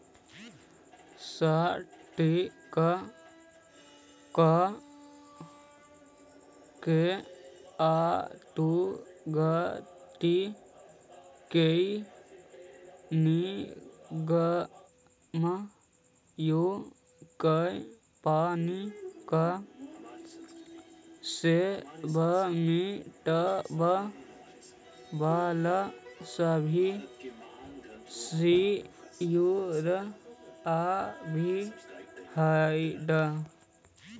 stock के अंतर्गत कोई निगम या कंपनी के स्वामित्व वाला सभी शेयर आवऽ हइ